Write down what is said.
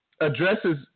addresses